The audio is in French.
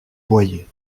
boyer